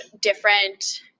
different